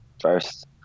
first